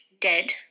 dead